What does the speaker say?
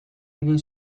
egin